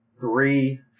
three